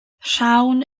rhawn